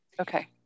Okay